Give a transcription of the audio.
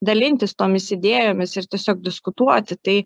dalintis tomis idėjomis ir tiesiog diskutuoti tai